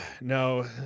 No